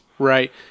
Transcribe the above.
Right